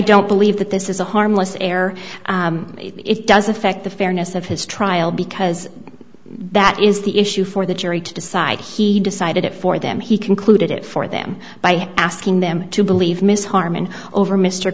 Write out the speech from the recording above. don't believe that this is a harmless error it doesn't affect the fairness of his trial because that is the issue for the jury to decide he decided it for them he concluded it for them by asking them to believe ms harman over mr